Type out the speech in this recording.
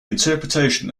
interpretation